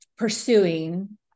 pursuing